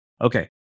okay